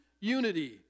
unity